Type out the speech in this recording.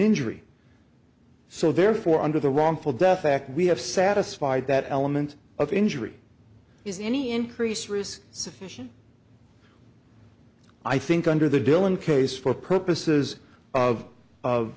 injury so therefore under the wrongful death fact we have satisfied that element of injury is any increased risk sufficient i think under the dillon case for purposes of of